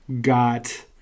got